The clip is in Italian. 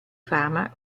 fama